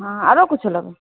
हँ आरो किछो लेबै